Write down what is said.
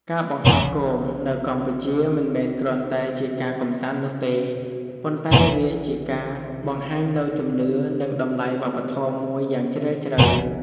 ការបង្ហោះគោមនៅកម្ពុជា មិនមែនគ្រាន់តែជាការកម្សាន្តនោះទេ ប៉ុន្តែវាជាការបង្ហាញនូវជំនឿ និងតម្លៃវប្បធម៌មួយយ៉ាងជ្រាលជ្រៅ។